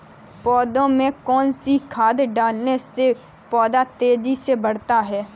पौधे में कौन सी खाद डालने से पौधा तेजी से बढ़ता है?